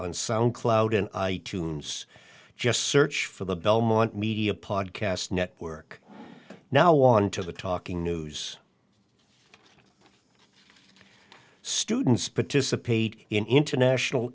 on sound cloud and just search for the belmont media podcast network now on to the talking news students participate in international